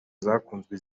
zakunzwe